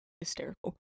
hysterical